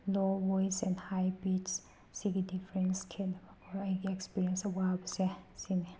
low voice and high pitch ꯁꯤꯒꯤꯗꯤ difference ꯈꯦꯠꯅꯕ ꯑꯣꯔ ꯑꯩꯒꯤ ꯑꯦꯛꯁꯄꯤꯔꯤꯌꯦꯟꯁꯇ ꯋꯥꯕꯁꯦ ꯁꯤꯅꯤ